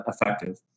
effective